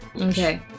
Okay